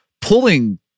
pulling